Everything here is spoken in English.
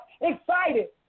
excited